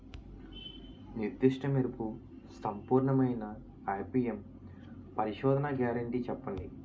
నిర్దిష్ట మెరుపు సంపూర్ణమైన ఐ.పీ.ఎం పరిశోధన గ్యారంటీ చెప్పండి?